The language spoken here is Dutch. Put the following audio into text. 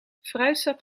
fruitsap